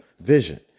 vision